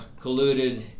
colluded